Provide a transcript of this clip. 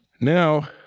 Now